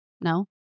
no